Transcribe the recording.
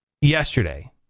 yesterday